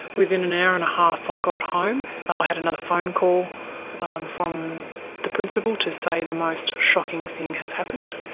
within an hour and a half i got home, i had another phone call from the principal to say the most shocking thing has happened,